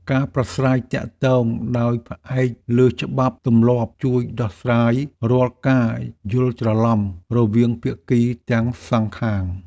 ការប្រាស្រ័យទាក់ទងដោយផ្អែកលើច្បាប់ទម្លាប់ជួយដោះស្រាយរាល់ការយល់ច្រឡំរវាងភាគីទាំងសងខាង។